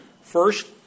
First